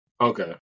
Okay